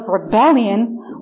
rebellion